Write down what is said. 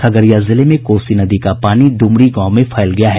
खगड़िया जिले में कोसी नदी का पानी डुमरी गांव में फैल गया है